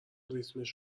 ریتمش